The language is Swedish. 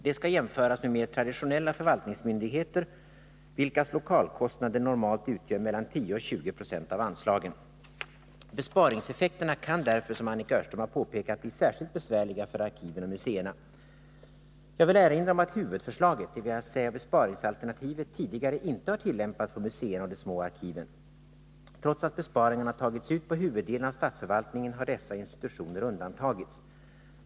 Det skall jämföras med mer traditionella förvaltningsmyndigheter, vilkas lokalkostnader normalt utgör mellan 10 och 20 96 av anslagen. Besparingseffekterna kan därför, som Annika Öhrström har påpekat, bli särskilt besvärliga för arkiven och museerna. Jag vill erinra om att huvudförslaget, dvs. besparingsalternativet, tidigare inte har tillämpats på museerna och de små arkiven. Trots att besparingarna har tagits ut på huvuddelen av statsförvaltningen har dessa institutioner undantagits.